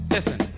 Listen